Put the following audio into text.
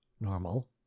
normal